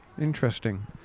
Interesting